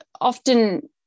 often